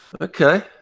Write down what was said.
Okay